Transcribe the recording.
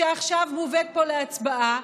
שעכשיו מובאת פה להצבעה,